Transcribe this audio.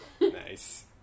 Nice